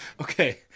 Okay